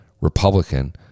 Republican